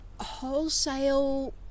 wholesale